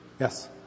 Yes